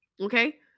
Okay